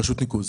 מרשות ניקוז.